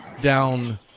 down